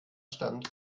stand